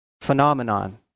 phenomenon